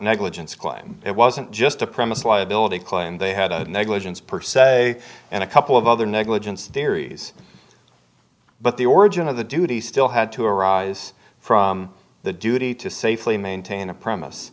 negligence claim it wasn't just a promise liability claim they had a negligence per se and a couple of other negligence theories but the origin of the duty still had to arise from the duty to safely maintain a promise